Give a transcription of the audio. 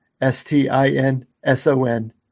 S-T-I-N-S-O-N